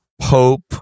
Pope